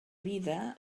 vida